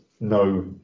no